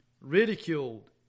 ridiculed